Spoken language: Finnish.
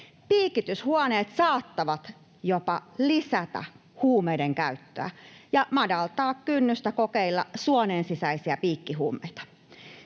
Piikityshuoneet saattavat jopa lisätä huumeidenkäyttöä ja madaltaa kynnystä kokeilla suonensisäisiä piikkihuumeita.